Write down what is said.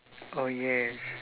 oh yes